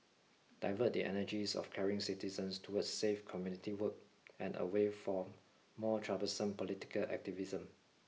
divert the energies of caring citizens towards safe community work and away from more troublesome political activism